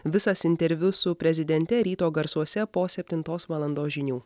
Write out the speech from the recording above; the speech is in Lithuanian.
visas interviu su prezidente ryto garsuose po septintos valandos žinių